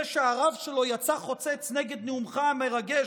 זה שהרב שלו יצא חוצץ נגד נאומך המרגש,